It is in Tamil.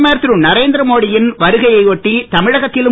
பிரதமர் திருநரேந்திர மோடி யின் வருகையை ஒட்டி தமிழகத்திலும்